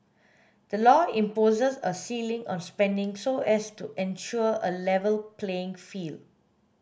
the law imposes a ceiling on spending so as to ensure a level playing field